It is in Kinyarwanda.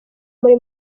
muri